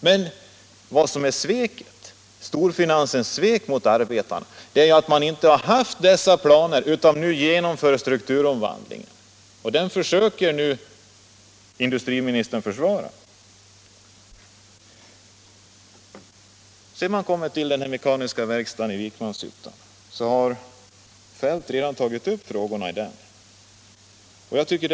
— Men det är det som är sveket — storfinansens svek mot arbetarna — att man inte haft några planer utan bara genomför strukturomvandlingen. Och det försöker industriministern försvara! Vad sedan gäller den mekaniska verkstaden i Vikmanshyttan har herr Feldt redan tagit upp de frågor som där är aktuella.